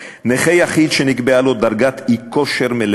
נכה יחיד שנקבעה לו דרגת אי-כושר מלאה